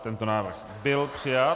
Tento návrh byl přijat.